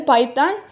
Python